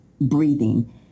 breathing